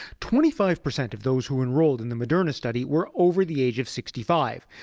twenty five percent of those who enrolled in the moderna study were over the age of sixty five,